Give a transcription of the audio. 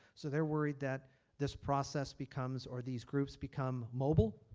so they are worried that this process becomes or these groups become mobile.